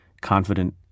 confident